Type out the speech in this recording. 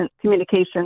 communication